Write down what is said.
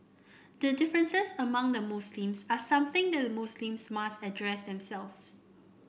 the differences among the Muslims are something the Muslims must address themselves